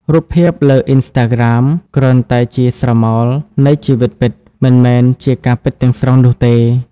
រូបភាពលើ Instagram គ្រាន់តែជា "ស្រមោល" នៃជីវិតពិត មិនមែនជាការពិតទាំងស្រុងនោះទេ។